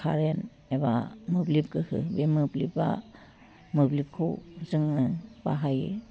current एबा मोब्लिब गोहो बे मोब्लिबा मोब्लिबखौ जोङो बाहायो